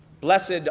Blessed